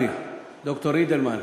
הר"י, ד"ר אידלמן,